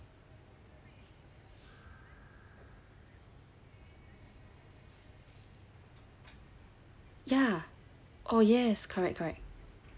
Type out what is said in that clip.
ya